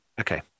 Okay